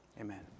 Amen